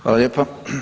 Hvala lijepa.